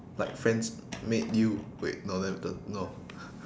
like friends made you wait no that d~ no